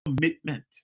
commitment